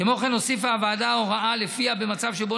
כמו כן הוסיפה הוועדה הוראה שלפיה במצב שבו